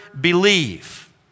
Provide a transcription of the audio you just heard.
believe